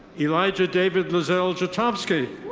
elijah david lezell jatovsky.